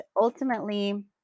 ultimately